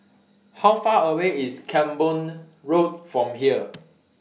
How Far away IS Camborne Road from here